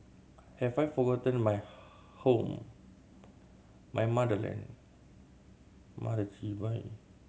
have I forgotten my home my motherland